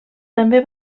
també